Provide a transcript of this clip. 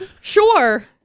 Sure